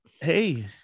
hey